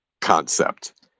concept